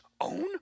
own